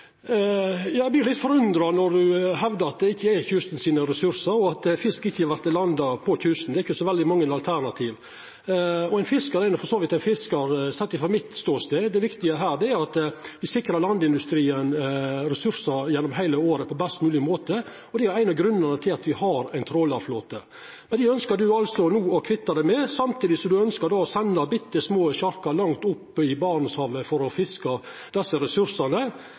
veldig mange alternativ. Ein fiskar er for så vidt ein fiskar, sett frå mitt ståsted. Det viktige her er at vi sikrar landindustrien ressursar gjennom heile året på best mogleg måte. Det er ein av grunnane til at vi har ein trålarflåte. Den ønskjer representanten altså no å kvitta seg med, samtidig som han ønskjer å senda bitte små sjarkar langt opp i Barentshavet for å fiska desse ressursane